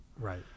Right